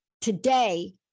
today